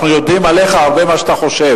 אנחנו יודעים הרבה יותר ממה שאתה חושב,